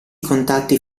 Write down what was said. contatti